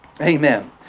Amen